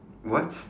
what